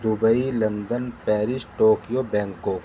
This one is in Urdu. Dubai London Paris Tokyo Bangkok